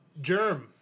Germ